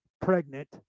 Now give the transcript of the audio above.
pregnant